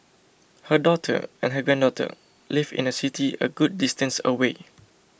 her daughter and her granddaughter live in a city a good distance away